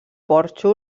porxo